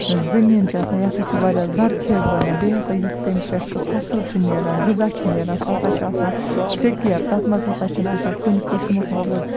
زٔمیٖن چھِ آسان یہِ ہَسا چھِ واریاہ ذرخیز بَنان بیٚیہِ یُس ہَسا سُہ تَمہِ پٮ۪ٹھ سُہ فصل چھُ نیران غذا چھُ نیران سُہ ہَسا چھُ آسان سِکیور تَتھ مَنز ہَسا چھُنہٕ آسان کُنہِ قٕسمُک مطلب یہِ